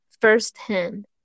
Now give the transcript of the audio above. firsthand